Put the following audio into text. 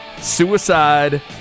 Suicide